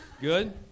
Good